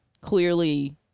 clearly